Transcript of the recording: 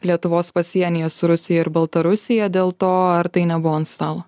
lietuvos pasienyje su rusija ir baltarusija dėl to ar tai nebuvo ant stalo